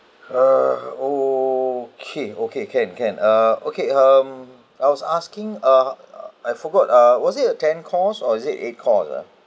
uh okay okay can can uh okay um I was asking uh I forgot uh was it a ten course or is it eight course ah